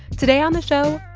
today on the show,